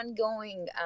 ongoing